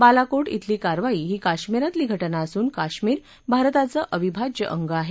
बालाकोट इथली कारवाई ही काश्मिरातली घटना असून काश्मिर भारताचं अविभाज्य अधिआहे